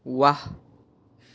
ৱাহ